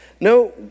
No